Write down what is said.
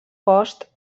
cost